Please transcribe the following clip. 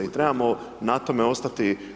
I trebamo na tome ostati.